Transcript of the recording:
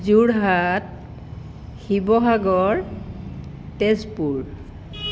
Jorhat Sivasagar Tezpur